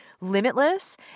limitless